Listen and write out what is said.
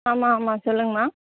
ஆமாம் ஆமாம் சொல்லுங்கள்ம்மா